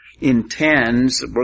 intends